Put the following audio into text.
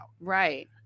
Right